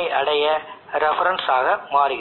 ஒரு ரெஃபரன்ஸ் ஐ கொடுக்கும் மற்றும் iT இறுதியில் Im உடன் பொருத்த முயற்சிக்கும் இப்போது இது வோல்டேஜ் ஸ்கேலிங் உடன் ஒப்பிடும்போது உங்களுக்கு மிகச் சிறந்த செயல்திறனைக் கொடுக்க வேண்டும் ஏனெனில் இந்த உறவு மிகவும் துல்லியமானது vmஐ voc ஆல் வகுக்க கிடைக்கும் கான்ஸ்டன்டை விட K மற்றும் ISC ஆல் பெருக்க கிடைக்கும் Im ஆனது மிகத் துல்லியமாக இருக்கும்